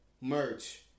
merch